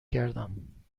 گردم